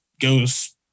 goes